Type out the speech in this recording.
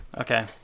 Okay